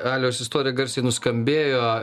aliaus istorija garsiai nuskambėjo